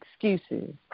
excuses